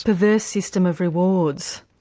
perverse system of rewards.